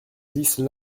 dix